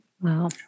Wow